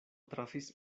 trafis